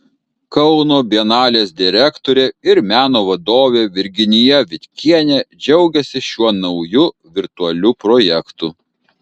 kauno bienalės direktorė ir meno vadovė virginija vitkienė džiaugiasi šiuo nauju virtualiu projektu